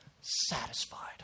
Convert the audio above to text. satisfied